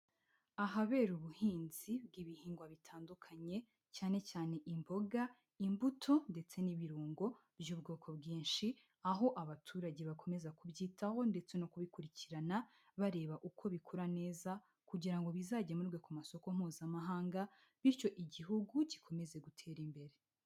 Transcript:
Ahabera ubuhinzi bw'ibihingwa bitandukanye cyane cyane imboga, imbuto ndetse n'ibirungo by'ubwoko bwinshi, aho abaturage bakomeza kubyitaho ndetse no kubikurikirana bareba uko bikura neza kugira ngo bizagemurwe ku masoko Mpuzamahanga, bityo igihugu gikomeze gutera imbere.